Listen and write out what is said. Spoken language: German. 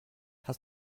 hast